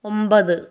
ഒമ്പത്